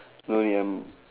no ya mm